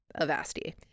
Avasti